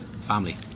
Family